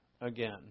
again